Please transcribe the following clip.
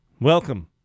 welcome